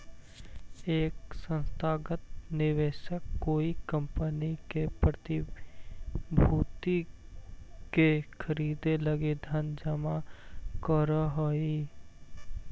एक संस्थागत निवेशक कोई कंपनी के प्रतिभूति के खरीदे लगी धन जमा करऽ हई